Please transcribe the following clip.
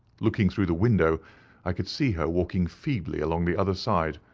looking through the window i could see her walking feebly along the other side,